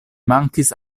mankis